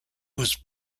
was